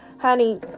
Honey